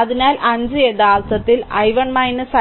അതിനാൽ 5 യഥാർത്ഥത്തിൽ I1